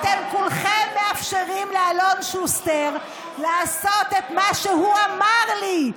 אתם כולכם מאפשרים לאלון שוסטר לעשות את מה שהוא אמר לי.